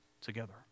together